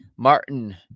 Martin